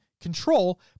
Control